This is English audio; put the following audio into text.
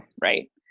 right